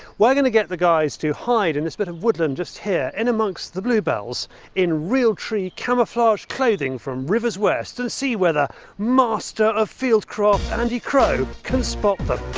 we are going to get the guys to hide in this bit of woodland just here in amongst the bluebells in realtree camouflaged clothing from rivers west and see whether master of field craft, andy crow, can spot them.